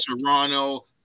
Toronto